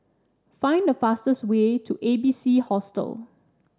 find the fastest way to A B C Hostel